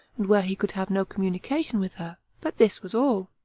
and where he could have no communication with her but this was all.